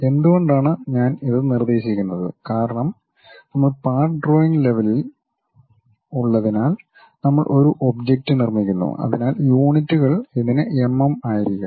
എന്തുകൊണ്ടാണ് ഞാൻ ഇത് നിർദ്ദേശിക്കുന്നത് കാരണം നമ്മൾ പാർട്ട് ഡ്രോയിംഗ് ലെവലിൽ ഉള്ളതിനാൽ നമ്മൾ ഒരു ഒബ്ജക്റ്റ് നിർമ്മിക്കുന്നു അതിനാൽ യൂണിറ്റുകൾ ഇതിന് എംഎം ആയിരിക്കാം